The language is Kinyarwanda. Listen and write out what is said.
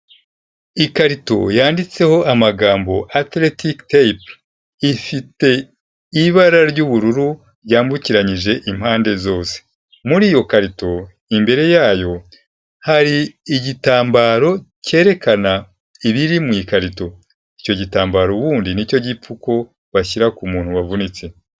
Ikarito yanditseho amagambo athletic tap ifite ibara ry'ubururu ryambukiranyije impande zose, muri iyo karito imbere yayo hari igitambaro cyerekana ibiri mu ikarito, icyo gitambaro ubundi nicyo gipfuko bashyira ku muntu wavunitse.